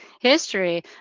History